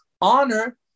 honor